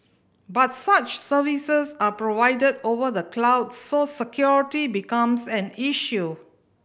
but such services are provided over the cloud so security becomes an issue